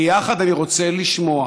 ביחד אני רוצה לשמוע